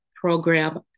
program